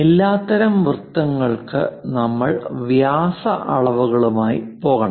എല്ലാത്തരം വൃത്തങ്ങൾക്കു നമ്മൾ വ്യാസ അളവുകളുമായി പോകണം